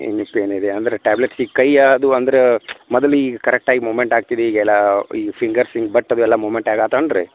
ಏನಕ್ಕೆ ಪೇನ್ ಇದೆ ಅಂದರೆ ಟ್ಯಾಬ್ಲೆಟ್ಸಿಗೆ ಕಯ್ಯಾ ಅದು ಅಂದ್ರೆ ಮೊದಲಿಗೆ ಕರೆಕ್ಟಾಯ್ ಮೂವ್ಮೆಂಟ್ ಆಗ್ತಿದೆ ಈಗೆಲ್ಲ ಈ ಫಿಂಗರ್ಸ್ ಹಿಂಗೆ ಬಟ್ ಅದು ಎಲ್ಲ ಮೂವ್ಮೆಂಟ್ ಆಗತನ್ ರೀ